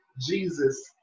Jesus